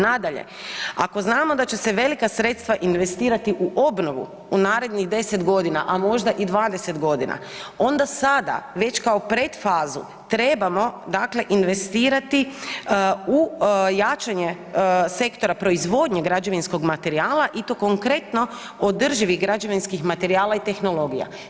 Nadalje, ako znamo da će se velika sredstva investirati u obnovu u narednih 10 godina, a možda i 20, onda sada već kao predfazu trebamo dakle investirati u jačanje sektora proizvodnje građevinskog materijala i to konkretno održivi građevinskih materijala i tehnologija.